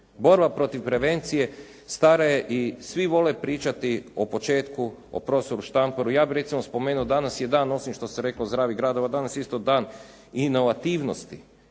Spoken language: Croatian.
Borba protiv prevencije stara je i svi vole pričati o početku, o profesoru Štamparu. Ja bih recimo spomenuo, danas je dan osim što se reklo zdravih gradova, danas je isto dan inovativnosti,